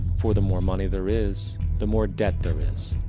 for the more money there is the more debt there is.